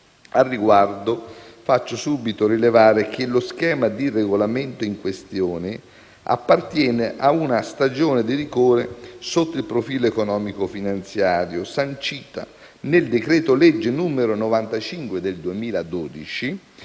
Al riguardo, faccio subito rilevare che lo schema di regolamento in questione appartiene a una stagione di rigore sotto il profilo economico-finanziario, sancita nel decreto-legge n. 95 del 2012,